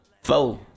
Four